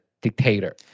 dictator